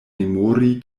memori